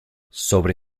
sobre